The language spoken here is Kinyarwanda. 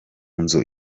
nzu